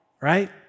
right